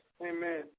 Amen